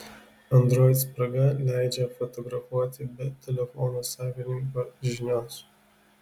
android spraga leidžia fotografuoti be telefono savininko žinios